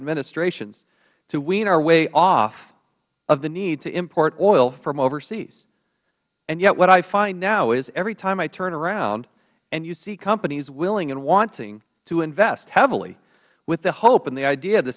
administrations to wean our way off of the need to import oil from overseas and yet what i find now is every time i turn around and you see companies willing and wanting to invest heavily with the hope and idea and the